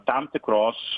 tam tikros